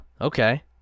Okay